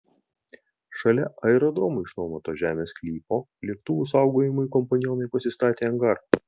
šalia aerodromui išnuomoto žemės sklypo lėktuvų saugojimui kompanionai pasistatė angarą